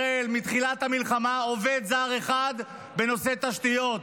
מתחילת המלחמה אין במדינת ישראל עובד זר אחד בנושא תשתיות.